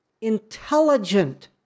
intelligent